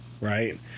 right